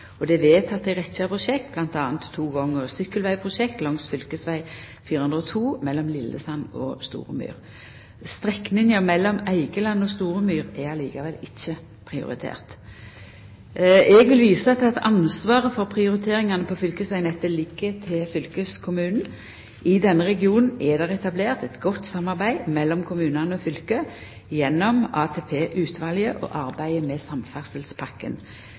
og det er vedteke ei rekkje prosjekt, bl.a. to gang- og sykkelvegprosjekt langs fv. 402 mellom Lillesand og Storemyr. Strekninga mellom Eigeland og Storemyr er likevel ikkje prioritert. Eg vil visa til at ansvaret for prioriteringane på fylkesvegnettet ligg til fylkeskommunen. I denne regionen er det etablert eit godt samarbeid mellom kommunane og fylket gjennom ATP-utvalet og arbeidet med Samferdselspakken.